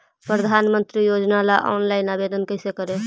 प्रधानमंत्री योजना ला ऑनलाइन आवेदन कैसे करे?